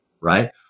right